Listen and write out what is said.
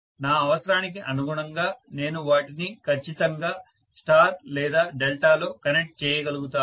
నా అవసరానికి అనుగుణంగా నేను వాటిని ఖచ్చితంగా స్టార్ లేదా డెల్టాలో కనెక్ట్ చేయగలుగుతాను